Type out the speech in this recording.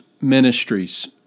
ministries